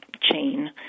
chain